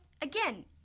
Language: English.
again